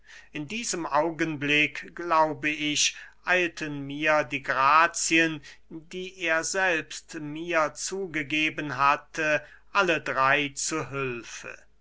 in diesem augenblick glaube ich eilten mir die grazien die er selbst mir zugegeben hatte alle drey zu hülfe